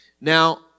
Now